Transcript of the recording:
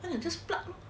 then just plug